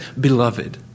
beloved